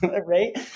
Right